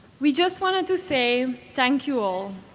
we just wanted to say thank you all.